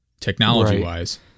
technology-wise